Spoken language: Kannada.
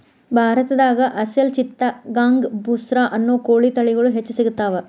ಭಾರತದಾಗ ಅಸೇಲ್ ಚಿತ್ತಗಾಂಗ್ ಬುಸ್ರಾ ಅನ್ನೋ ಕೋಳಿ ತಳಿಗಳು ಹೆಚ್ಚ್ ಸಿಗತಾವ